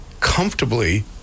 comfortably